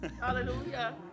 Hallelujah